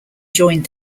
joined